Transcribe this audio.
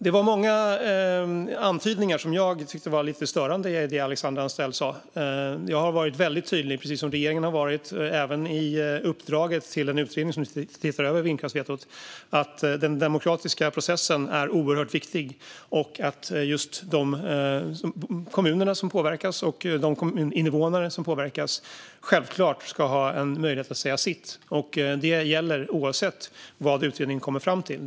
Det var många antydningar i det Alexandra Anstrell sa som jag tyckte var lite störande. Jag har, precis som regeringen, varit väldigt tydlig, även i uppdraget till den utredning som ser över vindkraftsvetot, med att den demokratiska processen är oerhört viktig och att de kommuner och kommuninvånare som påverkas självklart ska ha möjlighet att säga sitt. Detta gäller oavsett vad utredningen kommer fram till.